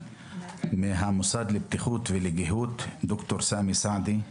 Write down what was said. מן המוסד לבטיחות ולגיהות נמצא כאן ד"ר סאמי סעדי,